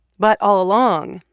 but all along,